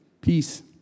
peace